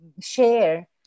share